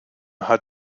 hat